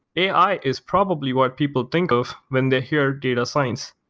ai is probably what people think of when they hear data science.